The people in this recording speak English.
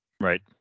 Right